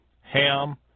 Ham